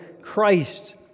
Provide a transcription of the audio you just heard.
Christ